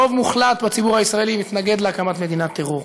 רוב מוחלט בציבור הישראלי מתנגד להקמת מדינת טרור,